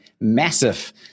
massive